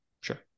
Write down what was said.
sure